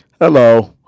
Hello